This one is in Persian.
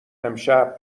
امشب